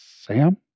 Sam